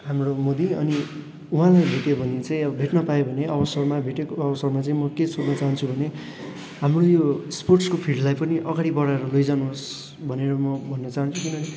हाम्रो मोदी अनि उहाँलाई भेट्यो भने चाहिँ अब भेट्न पायो भने अवसरमा भेटेको अवसरमा चाहिँ म के सोध्न चाहन्छु भने हाम्रो यो स्पोर्ट्सको फिल्डलाई पनि अगाडि बढाएर लैजानुहोस् भनेर म भन्न चाहन्छु किनभने